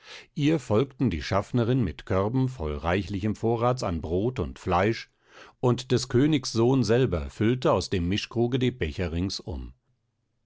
ihr folgte die schaffnerin mit körben voll reichlichen vorrats an brot und fleisch und des königs sohn selber füllte aus dem mischkruge die becher ringsum